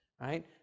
right